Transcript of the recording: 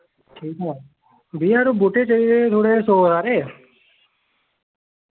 ठीक ऐ भैया यरो बूह्टे चाहिदे हे थोह्ड़े सौ हारे